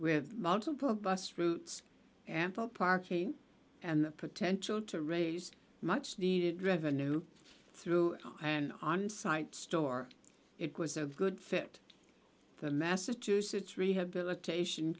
with multiple bus routes ample parking and the potential to raise much needed revenue through an onsite store it was a good fit for massachusetts rehabilitation